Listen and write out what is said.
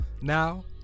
Now